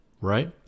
right